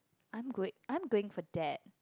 I'm goi~ I'm going for that